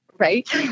right